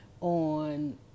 on